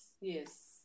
yes